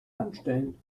anstellen